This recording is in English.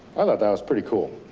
i thought that was pretty cool.